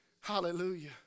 Hallelujah